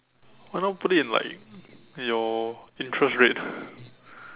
why not put it in like your interest rate